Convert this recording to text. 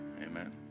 Amen